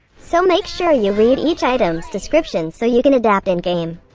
so make sure you read each items' description so you can adapt in-game.